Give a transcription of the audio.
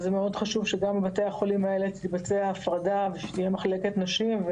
אז זה מאוד חשוב שגם בבתי החולים האלה תתבצע הפרדה ושתהיה מחלקת נשים,